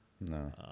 No